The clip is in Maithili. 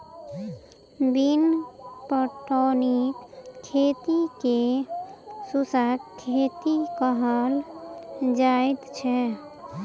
बिन पटौनीक खेती के शुष्क खेती कहल जाइत छै